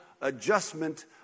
adjustment